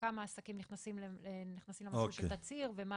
כמה עסקים נכנסים למצב של תצהיר ומה